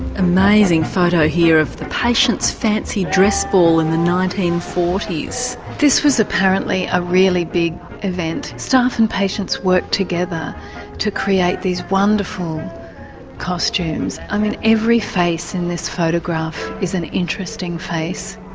amazing photo here of the patients' fancy dress ball in the nineteen forty s. this was apparently a really big event. staff and patients worked together to create these wonderful costumes, i mean every face in this photograph is an interesting face.